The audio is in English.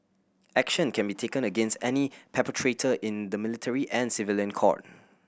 action can be taken against any perpetrator in the military and civilian court